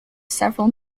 several